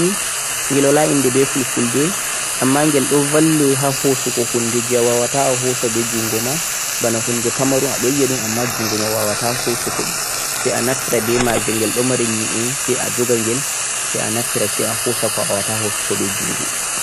jamghel bhiteghel tweezers ni ghel wala inde beh fulfulde amma ghel do valle ha hosugo hunde jeh a wawata a hosa beh jungo ma bana hunde pamarun ado yi'a dhum ama jungo ma wawata hosugo dhum sai a naftira beh maghel ghel do mari nyi'e sai a jogaghel sai a naftir sai a hosa ko'a wawata hosugo beh jungo